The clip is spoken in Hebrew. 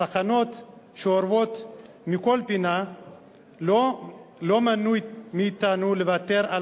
הסכנות שארבו מכל פינה לא מנעו מאתנו לוותר על